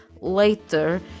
later